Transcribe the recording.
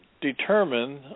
determine